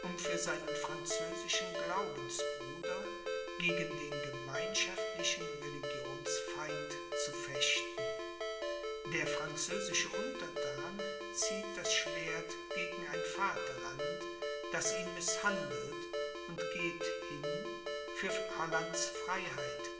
für seinen französischen glaubensbruder gegen den gemeinschaftlichen religionsfeind zu fechten der französische unterthan zieht das schwert gegen ein vaterland das ihn mißhandelt und geht hin für hollands freiheit